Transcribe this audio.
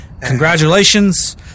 congratulations